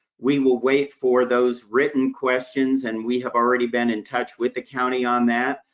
we will wait for those written questions, and we have already been in touch with the county on that.